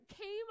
came